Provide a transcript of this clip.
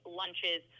lunches